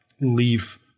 leave